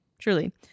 truly